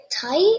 tight